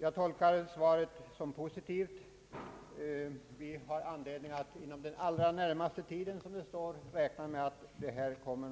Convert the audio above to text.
Jag tolkar svaret såsom positivt. Vi har anledning att inom den allra närmaste tiden — som det sägs i svaret — räkna med att vi får fram en